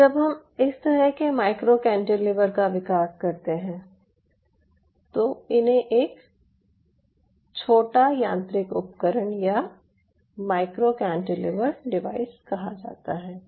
जब हम इस तरह के माइक्रो कैंटिलीवर का विकास करते हैं तो इन्हें एक छोटा यांत्रिक उपकरण या माइक्रो कैंटिलीवर डिवाइस कहा जाता है